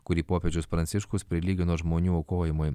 kurį popiežius pranciškus prilygino žmonių aukojimui